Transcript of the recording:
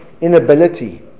inability